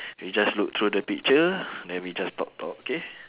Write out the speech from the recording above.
we just look through the picture then we just talk talk okay